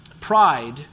pride